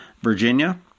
Virginia